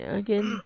again